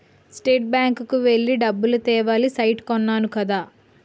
state bank కి వెళ్లి డబ్బులు తేవాలి సైట్ కొన్నాను కదా